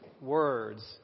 words